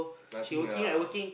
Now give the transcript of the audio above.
nothing ah